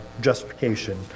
justification